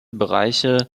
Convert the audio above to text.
bereiche